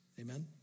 Amen